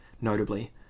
notably